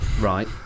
Right